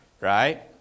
Right